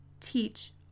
teach